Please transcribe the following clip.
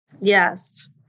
Yes